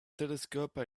telescope